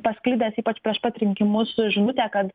pasklidęs ypač prieš pat rinkimus žinutė kad